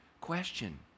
question